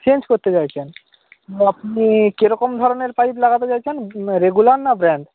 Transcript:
change করতে চাইছেন আপনি কীরকম ধরনের পাইপ লাগাতে চাইছেন রেগুলার না ব্র্যান্ড